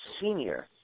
senior